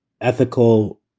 ethical